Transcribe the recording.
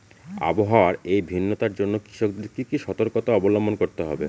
আবহাওয়ার এই ভিন্নতার জন্য কৃষকদের কি কি সর্তকতা অবলম্বন করতে হবে?